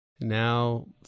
Now